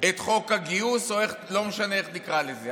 את חוק הגיוס, או לא משנה איך תקרא לזה.